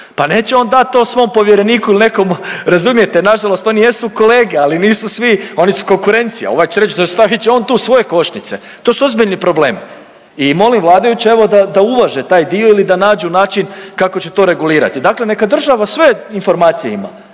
Pa neće on dati to svom povjereniku ili nekomu, razumijete. Na žalost, oni jesu kolege ali nisu svi, oni su konkurencija. Ovaj će reći stavit će on tu svoje košnice. To su ozbiljni problemi. I molim vladajuće evo da uvaže taj dio ili da nađu način kako će to regulirati. Dakle, neka država sve informacije ima